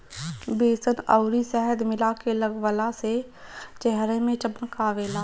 बेसन अउरी शहद मिला के लगवला से चेहरा में चमक आवेला